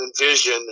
envision